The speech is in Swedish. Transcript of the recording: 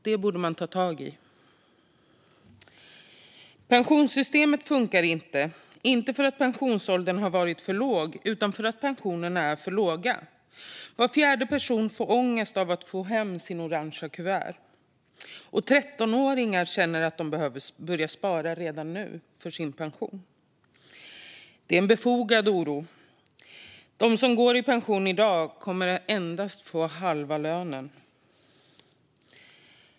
Det borde man ta tag i. Pensionssystemet funkar inte - inte för att pensionsåldern har varit för låg utan för att pensionerna är för låga. Var fjärde person får ångest av att få hem sitt orangefärgade kuvert, och 13-åringar känner att de behöver börja spara till sin pension redan nu. Det är en befogad oro. De som går i pension i dag kommer att få endast halva lönen.